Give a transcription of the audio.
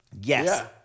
yes